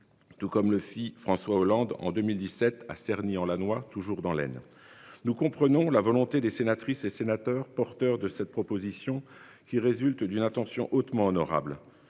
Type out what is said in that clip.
Tout comme le fit François Hollande en 2017 à Cerny en Lanois toujours dans l'aine. Nous comprenons la volonté des sénatrices et sénateurs porteurs de cette proposition qui résulte d'une intention hautement honorable